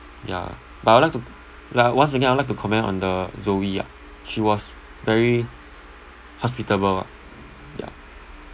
ya but I would like to like once again I would like to comment on the zoey ah she was very hospitable ah yeah